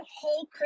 whole